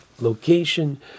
location